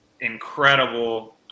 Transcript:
incredible